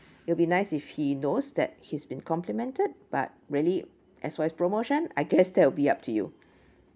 it'll be nice if he knows that he's been complimented but really as for as promotion I guess that will be up to you